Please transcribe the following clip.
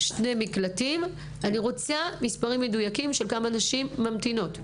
אני רוצה מספרים מדויקים כמה נשים ממתינות.